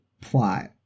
plot